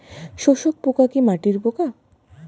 শোষক পোকা কি মাটির পোকা?